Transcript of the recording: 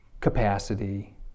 capacity